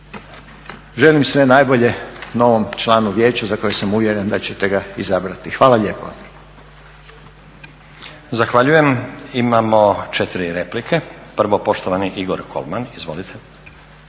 želim sve najbolje novom članu vijeća za koje sam uvjeren da ćete ga izabrati. Hvala lijepo. **Stazić, Nenad (SDP)** Zahvaljujem. Imamo 4 replike. Prvo poštovani Igor Kolman, izvolite.